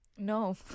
No